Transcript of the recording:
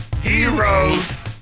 heroes